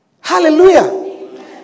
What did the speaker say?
Hallelujah